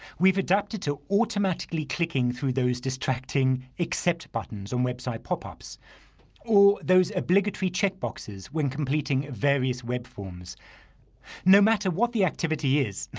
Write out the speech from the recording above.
we've adapted to automatically clicking through distracting accept buttons on website pop-ups or those obligatory checkboxes when completing various web forms no matter what the activity is,